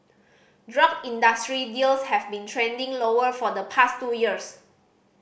drug industry deals have been trending lower for the past two years